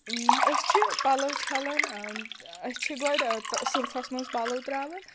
أسۍ چھِ پَلَو چھلان أسۍ چھِ گۄڈٕ سٔرفَس منٛز پَلَو ترٛاوان